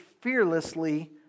fearlessly